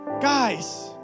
Guys